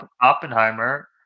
Oppenheimer